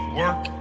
work